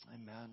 Amen